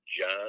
John